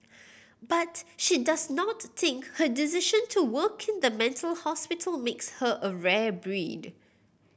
but she does not think her decision to work in the mental hospital makes her a rare breed